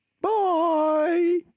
Bye